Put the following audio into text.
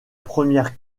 première